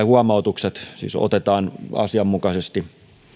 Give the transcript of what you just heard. huomautukset otetaan asianmukaisesti